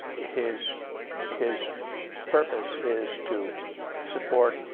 his his purpose is to support,